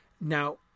Now